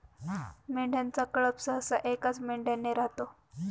मेंढ्यांचा कळप सहसा एकाच मेंढ्याने राहतो